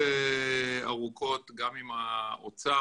אמנם כל דיון היה קצר,